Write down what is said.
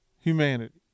humanity